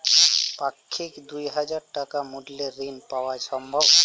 পাক্ষিক দুই হাজার টাকা মূল্যের ঋণ পাওয়া সম্ভব?